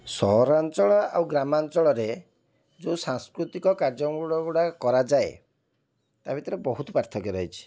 ସହରାଞ୍ଚଳ ଆଉ ଗ୍ରାମଞ୍ଚଳରେ ଯେଉଁ ସାଂସ୍କୃତିକ କାର୍ଯ୍ୟକ୍ରମ ଗୁଡ଼ିକ କରାଯାଏ ତା' ଭିତରେ ବହୁତ ପାର୍ଥକ୍ୟ ରହିଛି